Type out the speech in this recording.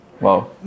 Wow